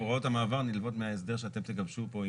הוראות המעבר נלוות מההסדר שאתם תגבשו פה.